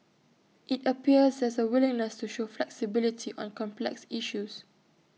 IT appears there's A willingness to show flexibility on complex issues